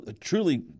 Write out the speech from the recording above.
truly